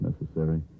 necessary